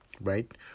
right